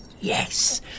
Yes